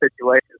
situations